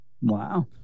Wow